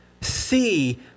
See